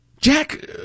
Jack